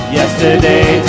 yesterday